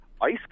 ice